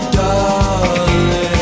darling